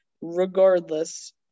regardless